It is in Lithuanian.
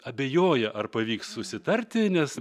abejoja ar pavyks susitarti nes